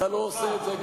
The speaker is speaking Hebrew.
אתה לא עושה את זה,